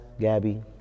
Gabby